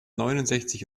neunundsechzig